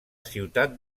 ciutat